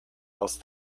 else